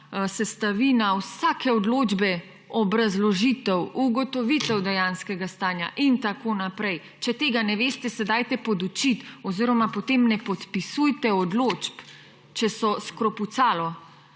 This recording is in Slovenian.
sestavina vsake odločbe obrazložitev, ugotovitev dejanskega stanja in tako naprej. Če tega ne veste, se dajte podučiti oziroma potem ne podpisujte odločb, če so skropucalo.